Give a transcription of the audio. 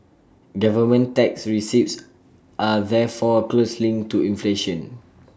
government tax receipts are therefore close linked to inflation